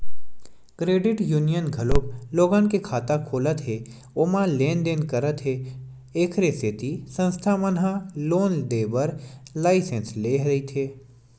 credit union घलोक लोगन के खाता खोलत हे ओमा लेन देन करत हे एखरे सेती संस्था मन ह लोन देय बर लाइसेंस लेय रहिथे